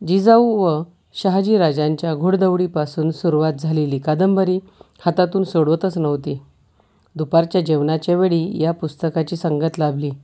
जिजाऊ व शहाजीराजांच्या घोडदौडीपासून सुरुवात झालेली कादंबरी हातातून सोडवतच नव्हती दुपारच्या जेवणाच्या वेळी या पुस्तकाची संगत लाभली